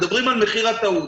מדברים על מחיר הטעות.